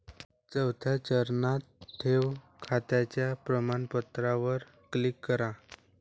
चौथ्या चरणात, ठेव खात्याच्या व्याज प्रमाणपत्रावर क्लिक करा